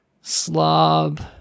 slob